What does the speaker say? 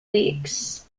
weeks